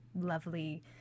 lovely